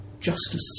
justice